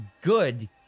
good